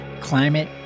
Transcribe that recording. Climate